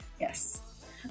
Yes